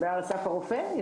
תודה לאסף הרופא.